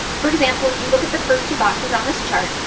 for example, if you look at the first two boxes on this chart,